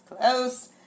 Close